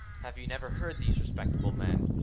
have you never heard these respectable men,